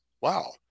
wow